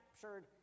captured